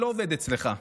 לא עובד אצלך,